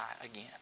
again